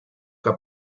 que